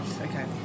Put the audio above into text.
Okay